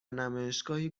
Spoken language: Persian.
نمایشگاهی